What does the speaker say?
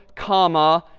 comma,